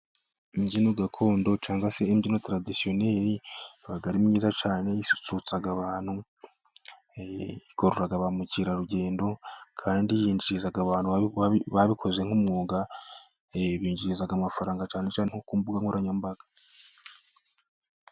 Imbyino gakondo cyangwa se imbyino taradisiyoneri iba ari nziza cyane. Isusurutsa abantu. Ikurura ba mukerarugendo, kandi yinjiriza ababikoze nk'umwuga. Binjiza amafaranga cyane cyane ku mbuga nkoranyambaga.